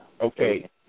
Okay